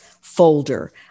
folder